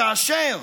וכאשר